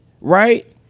right